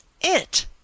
it